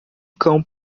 cão